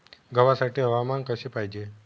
गव्हासाठी हवामान कसे पाहिजे?